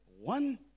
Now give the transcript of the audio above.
one